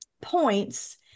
points